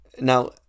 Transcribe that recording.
Now